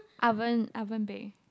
oven oven bake